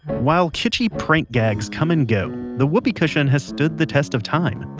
while kitschy prank gags come and go, the whoopee cushion has stood the test of time.